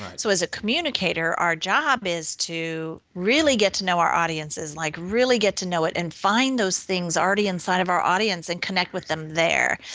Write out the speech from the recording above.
so as a communicator our job is to really get to know our audiences, like really get to know it and find those things already inside of our audience and connect with them there.